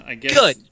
Good